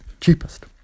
cheapest